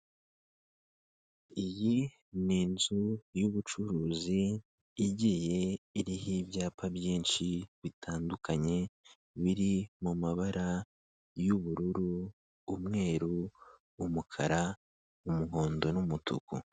Iyi ni inzu yubucuruzi igiye iriho ibyapa byinshi bitandukanye, biri mu mabara y'ubururu, umweru, umukara, umuhondo, n'umutuku.